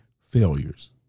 failures